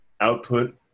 output